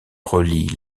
relie